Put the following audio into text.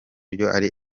yari